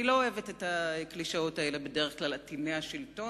אני לא אוהבת את הקלישאות האלה בדרך כלל: עטיני השלטון,